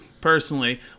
personally